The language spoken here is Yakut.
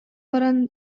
баран